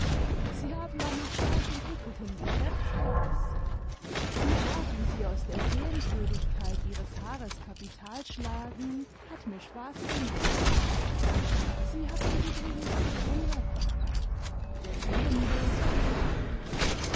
sie haben einen stark entwickelten geschäftsgeist diö art wie sie aus der sehenswürdigkeit ihres haares kapital schlagen hat mix spaß gemacht sie hatten übrigens nicht unrecht wer sehen will soll zahlen